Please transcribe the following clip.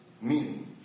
Meaning